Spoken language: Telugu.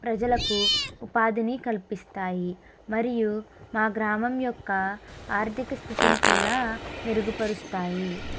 ప్రజలకు ఉపాధిని కల్పిస్తాయి మరియు మా గ్రామం యొక్క ఆర్ధిక స్థితిని కూడా మెరుగుపరుస్తాయి